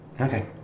Okay